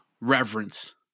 reverence